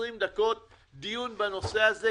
20 דקות דיון בנושא הזה,